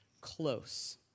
Close